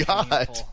God